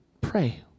pray